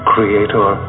Creator